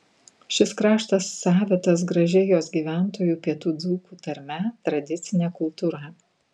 šis kraštas savitas gražia jos gyventojų pietų dzūkų tarme tradicine kultūra